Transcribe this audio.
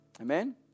Amen